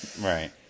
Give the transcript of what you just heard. Right